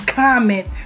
comment